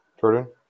Jordan